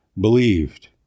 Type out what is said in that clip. believed